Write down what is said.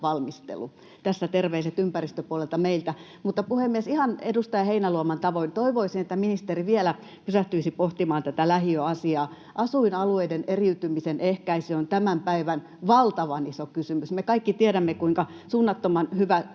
valmistelu. Tässä terveiset ympäristöpuolelta meiltä. Puhemies! Ihan edustaja Heinäluoman tavoin toivoisin, että ministeri vielä pysähtyisi pohtimaan tätä lähiöasiaa. Asuinalueiden eriytymisen ehkäisy on tämän päivän valtavan iso kysymys. Me kaikki tiedämme, kuinka suunnattoman hyvä